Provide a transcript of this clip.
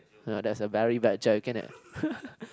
no that's a berry bad joke ain't it